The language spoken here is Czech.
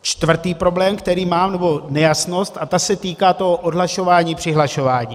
Čtvrtý problém, který mám, nebo nejasnost, ta se týká toho odhlašování, přihlašování.